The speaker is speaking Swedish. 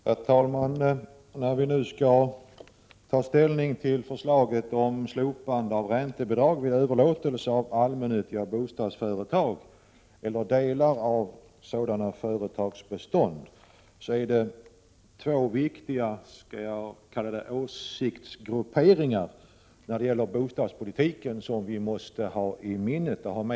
Herr talman! När vi nu skall ta ställning till förslaget om slopande av räntebidrag vid överlåtelse av allmännyttiga bostadsföretag eller delar av sådana företags bestånd måste vi ha i minnet att det finns två viktiga åsiktsgrupperingar när det gäller bostadspolitiken.